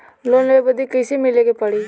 Loan लेवे बदी कैसे मिले के पड़ी?